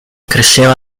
cresceva